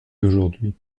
d’aujourd’hui